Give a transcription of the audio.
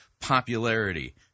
popularity